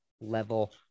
level